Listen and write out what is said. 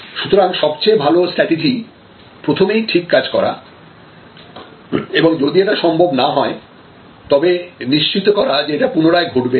সুতরাং সবচেয়ে ভালো স্ট্রাটেজি প্রথমেই ঠিক কাজ করা এবং যদি এটা সম্ভব না হয় তবে নিশ্চিত করা এটা পুনরায় ঘটবে না